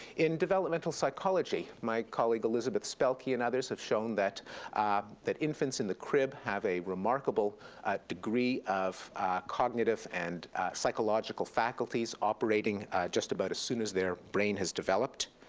in developmental psychology, my colleague elizabeth spelke and others have shown that that infants in the crib have a remarkable degree of cognitive and psychological faculties operating just about as soon as their brain has developed.